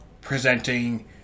presenting